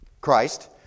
Christ